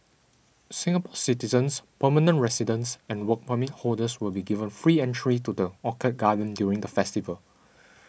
Singapore citizens permanent residents and Work Permit holders will be given free entry to the Orchid Garden during the festival